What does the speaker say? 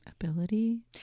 Ability